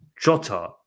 Jota